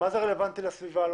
מה זה רלוונטי לסביבה?